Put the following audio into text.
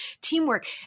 teamwork